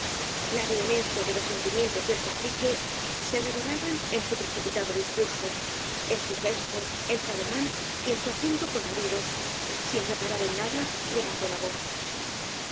la vehemencia de los sentimientos del cacique se revelaban en su pre cipitado discurso en su gesto en su ademán y en su acento conmovido sin reparar en nada levantó la voz